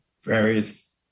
various